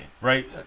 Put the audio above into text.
right